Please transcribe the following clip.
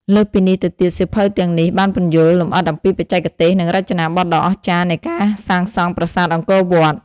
លើសពីនេះទៅទៀតសៀវភៅទាំងនេះបានពន្យល់លម្អិតអំពីបច្ចេកទេស និងរចនាបថដ៏អស្ចារ្យនៃការសាងសង់ប្រាសាទអង្គរវត្ត។